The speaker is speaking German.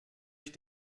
ich